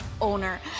owner